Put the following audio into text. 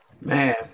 Man